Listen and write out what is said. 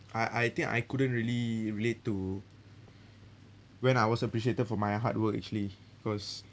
I I think I couldn't really relate to when I was appreciated for my hard work actually cause